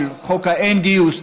חוק האין-גיוס,